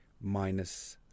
minus